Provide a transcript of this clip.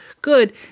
good